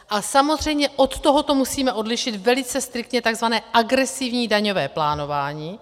A samozřejmě od tohoto musíme odlišit velice striktně tzv. agresivní daňové plánování.